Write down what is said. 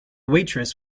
waitress